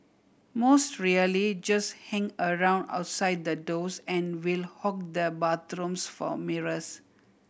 most really just hang around outside the doors and will hog the bathrooms for mirrors